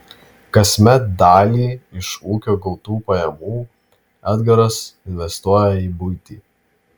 kasmet dalį iš ūkio gautų pajamų edgaras investuoja į buitį